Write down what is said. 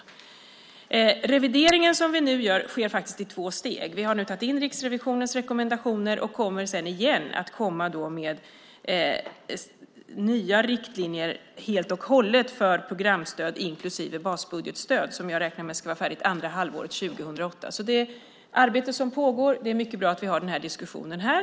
Den revidering som vi nu gör sker i två steg. Vi har tagit in Riksrevisionens rekommendationer och kommer sedan att komma med nya riktlinjer helt och hållet för programstöd inklusive basbudgetstöd som jag räknar med ska vara färdiga andra halvåret 2008. Arbete pågår alltså, och det är mycket bra att vi har den här diskussionen här.